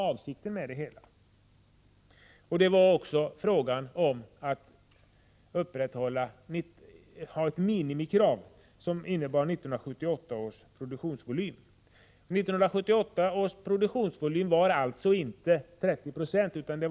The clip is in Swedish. Men det handlade också om minimikravet att upprätthålla 1978 års produktionsvolym. Den volymen var inte 30 26 i egen produktion, utan täckningsgraden var lägre.